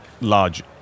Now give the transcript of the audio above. large